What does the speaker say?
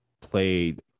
played